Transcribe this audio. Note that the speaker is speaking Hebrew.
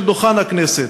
של דוכן הכנסת,